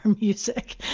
music